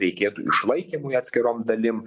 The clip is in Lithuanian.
reikėtų išlaikymui atskirom dalim